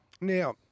Now